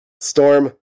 Storm